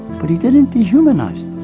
but he didn't dehumanize